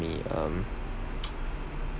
me um